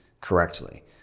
correctly